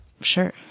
Sure